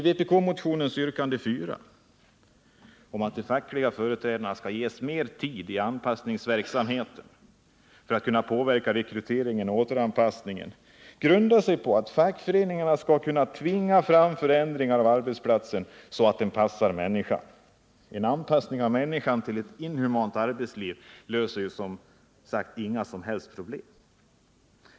Vpk-motionens yrkande 4 om att de fackliga företrädarna skall ges mer tid för anpassningsverksamheten för att kunna påverka rekryteringen och anpassningsåtgärderna grundar sig på att fackföreningarna skall kunna tvinga fram förändringar av arbetsplatsen, så att den passar människan. En anpassning av människan till ett inhumant arbetsliv löser inga som helst problem.